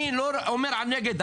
אני לא אומר נגד.